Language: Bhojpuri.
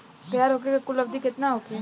तैयार होखे के कुल अवधि केतना होखे?